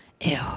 Ew